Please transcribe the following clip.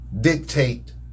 dictate